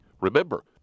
Remember